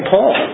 Paul